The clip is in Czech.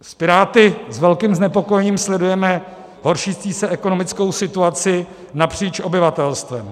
S Piráty s velkým znepokojením sledujeme horšící se ekonomickou situaci napříč obyvatelstvem.